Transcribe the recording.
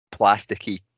plasticky